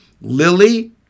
Lily